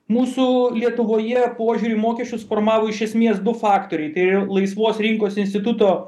mūsų lietuvoje požiūrį į mokesčius formavo iš esmės du faktoriai tai yra laisvos rinkos instituto